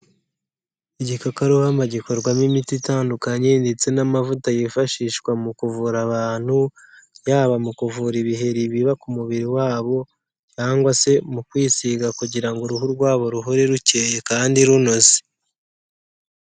Igikakaruhamba gikorwamo imiti itandukanye ndetse n'amavuta yifashishwa mu kuvura abantu, yaba mu kuvura ibiheri biba ku mubiri wabo cyangwa se mu kwisiga kugira ngo uruhu rwabo ruhore rukeye kandi runoze.